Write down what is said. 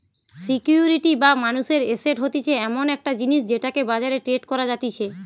security বা মানুষের asset হতিছে এমন একটা জিনিস যেটাকে বাজারে ট্রেড করা যাতিছে